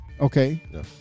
Okay